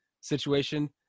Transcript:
situation